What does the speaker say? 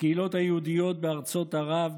הקהילות היהודיות בארצות ערב,